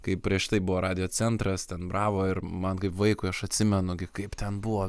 kai prieš tai buvo radijo centras ten bravo ir man kaip vaikui aš atsimenu gi kaip ten buvo